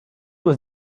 was